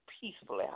peacefully